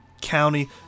County